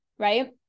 right